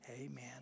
amen